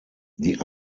die